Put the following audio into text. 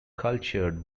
cultured